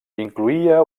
incloïa